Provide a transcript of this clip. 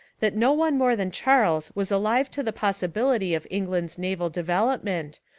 that no one more than charles was alive to the possibility of england's naval de velopment,